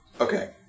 okay